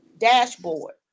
dashboard